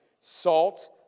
salt